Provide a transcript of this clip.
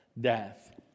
death